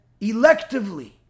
electively